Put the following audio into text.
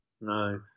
No